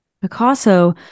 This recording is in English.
Picasso